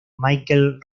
michael